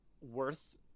worth